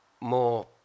more